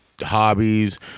hobbies